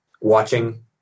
watching